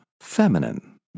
feminine